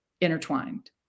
intertwined